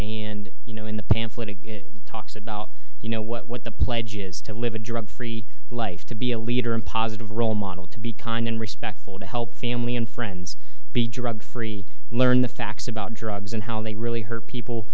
and you know in the pamphlet it talks about you know what the pledge is to live a drug free life to be a leader and positive role model to be kind and respectful to help family and friends be drug free and learn the facts about drugs and how they really hurt people